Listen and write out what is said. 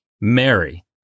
Mary